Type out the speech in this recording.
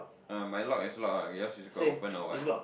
uh my lock is locked ah yours is got open or what